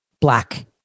black